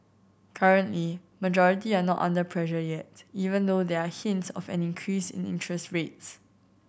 currently majority are not under pressure yet even though there are hints of an increase in interest rates